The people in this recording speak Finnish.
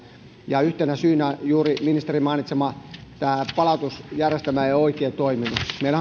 ja yhtenä syynä on juuri ministerin mainitsema tämä palautusjärjestelmä ei ole oikein toiminut meillähän on